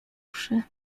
uszy